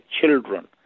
children